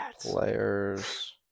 Players